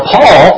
Paul